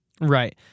Right